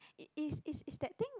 is is is that thing